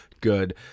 good